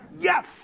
Yes